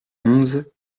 onze